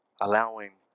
allowing